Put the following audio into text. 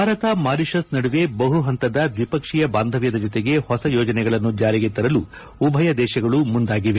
Bharat Mauritius ನಡುವೆ ಬಹು ಹಂತದ ದ್ವಿಪಕ್ಷೀಯ ಬಾಂಧವ್ಯದ ಜೊತೆಗೆ ಹೊಸ ಯೋಜನೆಗಳನ್ನು ಜಾರಿಗೆ ತರಲು ಉಭಯ ದೇಶಗಳು ಮುಂದಾಗಿವೆ